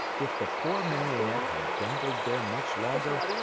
if the poor marionette had dangled there much longer,